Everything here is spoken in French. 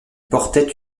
portaient